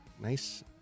Nice